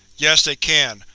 yes, they can.